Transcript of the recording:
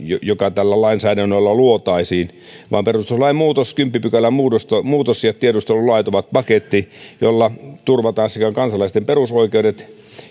joka tällä lainsäännöllä luotaisiin vaan perustuslain kymmenennen pykälän muutos ja tiedustelulait ovat paketti jolla turvataan sekä kansalaisten perusoikeudet